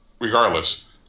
regardless